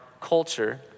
culture